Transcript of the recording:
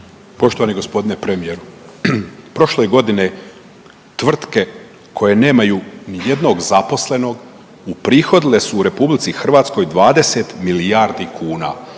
Poštovani gospodine premijeru, prošle godine tvrtke koje nemaju ni jednog zaposlenog uprihodile su u RH 20 milijuna kuna.